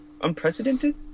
unprecedented